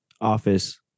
office